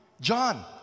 John